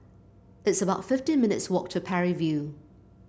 it's about fifty minutes' walk to Parry View